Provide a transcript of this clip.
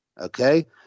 okay